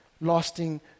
lasting